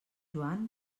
joan